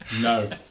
No